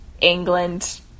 England